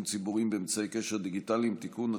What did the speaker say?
ציבוריים באמצעי קשר דיגיטליים (תיקון),